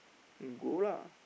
you go lah